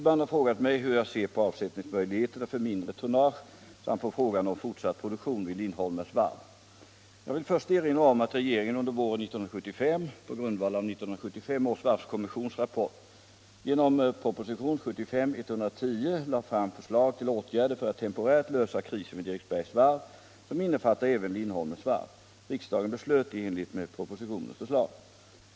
Herr talman! Herr Siegbahn har frågat mig hur jag ser på avsättningsmöjligheterna för mindre tonnage samt på frågan om fortsatt produktion vid Lindholmens varv. Jag vill först erinra om att regeringen under våren 1975 — på grundval av 1975 års varvskommissions rapport — genom propositionen 1975:110 lade fram förslag till åtgärder för att temporärt lösa krisen vid Eriksbergs varv, som innefattar även Lindholmens varv. Riksdagen beslöt i enlighet med propositionens förslag.